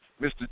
Mr